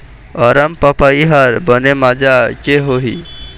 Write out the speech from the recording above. अरमपपई हर बने माजा के होही?